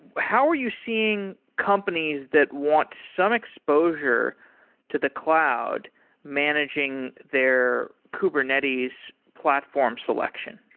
how are you seeing companies that want some exposure to the cloud managing their kubernetes platform selection?